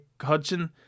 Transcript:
Hudson